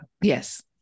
yes